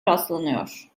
rastlanıyor